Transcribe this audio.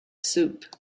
soup